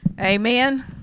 amen